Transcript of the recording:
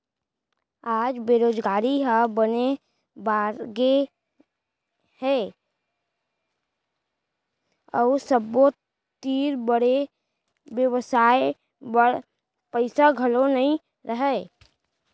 आज बेरोजगारी ह बने बाड़गे गए हे अउ सबो तीर बड़े बेवसाय बर पइसा घलौ नइ रहय